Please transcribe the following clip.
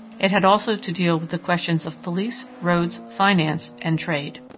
it had also to deal with the questions of police, roads, finance, and trade.